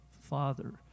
father